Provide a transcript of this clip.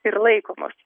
ir laikomos